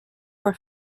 for